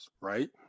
right